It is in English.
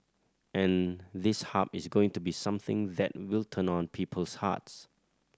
and this Hub is going to be something that will turn on people's hearts